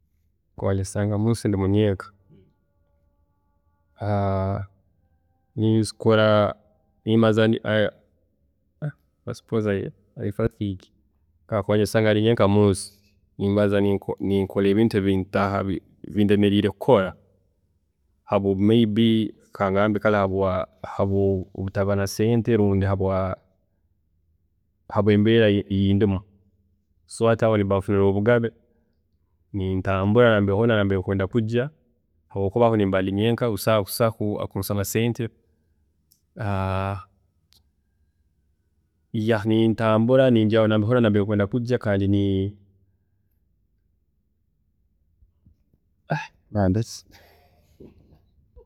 ﻿Kakuba nyesanga munsi ndimu nyenka, ninkora nimbanza nimbaanza ninkora ebintu ebitaaha bindemeriire kukola babwa may be kangambe kare habwokutaba na sente lundi habwembeera eyindimu, so hati aho nimba nfunire obugabe nintambura hoona nambele ndikwenda kujya habwokuba aho nimba ndi nyenka, busaho arinkunsaba sente, ya, nintambula ninjya hoona nambele ndikwenda kujya kandi ni mwana